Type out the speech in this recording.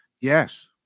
Yes